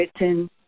written